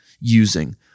Using